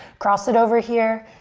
cross it over here.